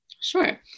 Sure